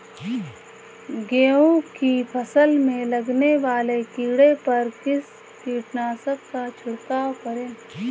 गेहूँ की फसल में लगने वाले कीड़े पर किस कीटनाशक का छिड़काव करें?